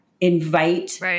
invite